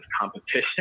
competition